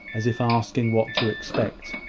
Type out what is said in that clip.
as if asking what to expect.